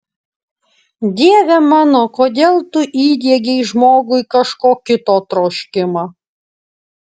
dieve mano kodėl tu įdiegei žmogui kažko kito troškimą